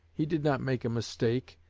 he did not make a mistake,